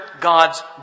God's